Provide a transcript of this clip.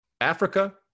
Africa